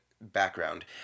background